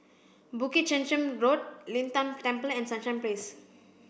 Bukit Chermin Road Lin Tan Temple and Sunshine Place